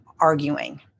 arguing